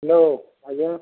hello ଆଜ୍ଞା